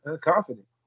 confident